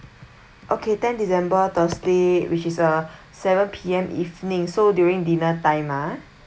okay ten december thursday which is uh seven P_M evening so during dinner time ah